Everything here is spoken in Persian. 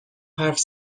حرف